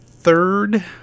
third